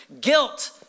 Guilt